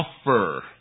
offer